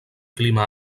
clima